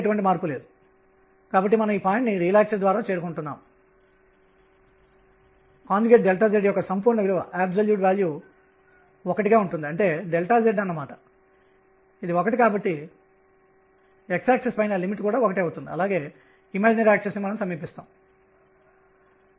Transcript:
ఎందుకంటే angular momentum 0 అయితే L 0 అప్పుడు మోషన్ కేంద్రం గుండా వెళ్తుంది లీనియర్ గా ఉంటుంది